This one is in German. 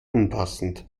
unpassend